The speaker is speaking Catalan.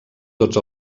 tots